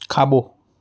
खाॿो